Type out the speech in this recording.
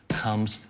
comes